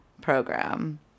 program